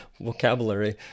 vocabulary